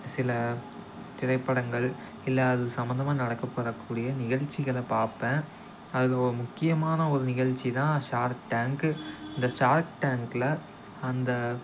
சில திரைப்படங்கள் இல்லை அது சம்பந்தமா நடத்தப்படக்கூடிய நிகழ்ச்சிகள பார்ப்பேன் அதில் ஒரு முக்கியமான ஒரு நிகழ்ச்சிதான் ஷார்க் டேங்கு இந்த ஷார்க் டேங்க்கில் அந்த